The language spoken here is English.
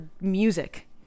music